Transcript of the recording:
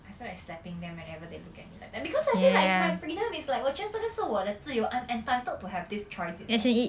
I feel like slapping them whenever they look at me like that because I feel like it's my freedom it's like 我觉得这个是我的自由 I'm entitled to have this choice you know